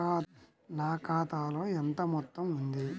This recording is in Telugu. నా ఖాతాలో ఎంత మొత్తం ఉంది?